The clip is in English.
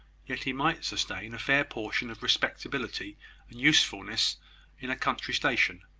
yet he might sustain a fair portion of respectability and usefulness in a country station.